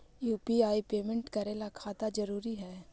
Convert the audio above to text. UPI payment करे ला खाता जरूरी है?